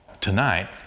tonight